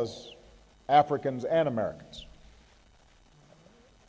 as africans and americans